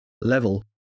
level